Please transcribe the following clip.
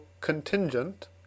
contingent